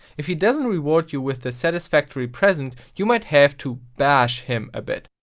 if he doesn't reward you with the satisfactory present, you might have to bash him a bit.